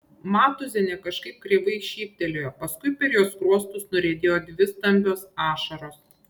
matūzienė kažkaip kreivai šyptelėjo paskui per jos skruostus nuriedėjo dvi stambios ašaros